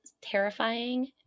terrifying